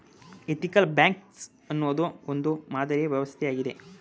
ethical banks ಅನ್ನೋದು ಒಂದು ಮಾದರಿ ವ್ಯವಸ್ಥೆ ಆಗಿದೆ